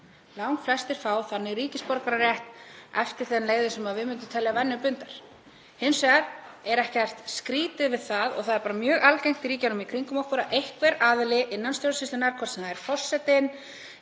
Langflestir fá þannig ríkisborgararétt eftir þeim leiðum sem við myndum telja venjubundnar. Hins vegar er ekkert skrýtið við það, og það er mjög algengt í ríkjunum í kringum okkur, að einhver aðili innan stjórnsýslunnar, hvort sem það er forsetinn